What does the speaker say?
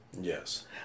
Yes